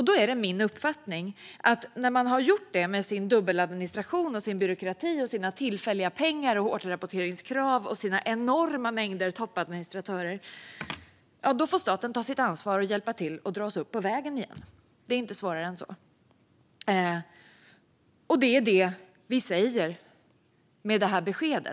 Då är det min uppfattning att när man har gjort det med sin dubbeladministration, byråkrati, tillfälliga pengar, återrapporteringskrav och enorma mängder toppadministratörer, får staten ta sitt ansvar och hjälpa till och dra oss upp på vägen igen. Det är inte svårare än så. Det är vad vi säger med detta besked.